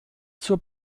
zur